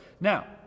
Now